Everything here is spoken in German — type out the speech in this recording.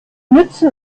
nützen